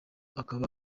akaba